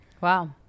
Wow